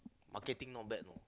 marketing not bad you know